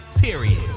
period